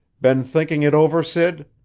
been thinking it over, sid?